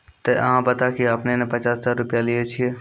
ते अहाँ बता की आपने ने पचास हजार रु लिए छिए?